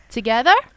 Together